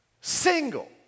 single